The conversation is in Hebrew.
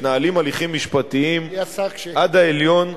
מתנהלים הליכים משפטיים, עד העליון.